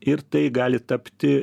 ir tai gali tapti